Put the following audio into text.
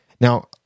Now